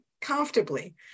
comfortably